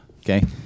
okay